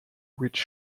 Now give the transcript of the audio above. which